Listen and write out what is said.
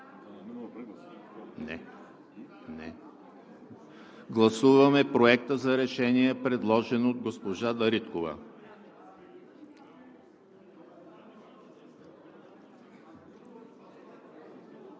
Гласуваме Проекта за решение, предложен от госпожа Дариткова!